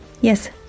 Yes